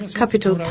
capital